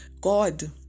God